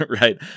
right